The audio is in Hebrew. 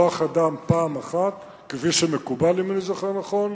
כוח-אדם, כפי שמקובל, אם אני זוכר נכון,